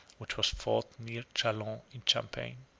which was fought near chalons in champagne.